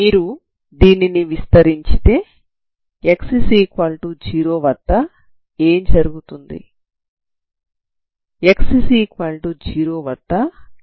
మీరు దీన్ని విస్తరించితే x0 వద్ద ఏమి జరుగుతుంది